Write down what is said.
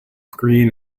green